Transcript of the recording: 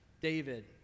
David